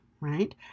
right